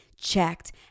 Checked